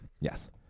yes